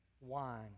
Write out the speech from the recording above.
wine